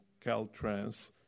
Caltrans